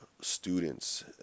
students